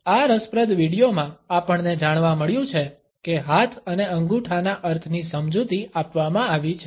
આ રસપ્રદ વિડીયોમાં આપણને જાણવા મળ્યું છે કે હાથ અને અંગૂઠાના અર્થની સમજૂતી આપવામાં આવી છે